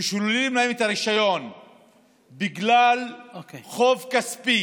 ששוללים להם את הרישיון בגלל חוב כספי